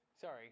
sorry